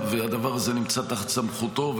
והדבר הזה נמצא תחת סמכותו,